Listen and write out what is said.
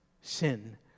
sin